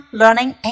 learning